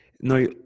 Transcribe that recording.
now